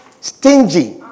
stingy